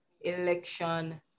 election